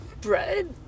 Bread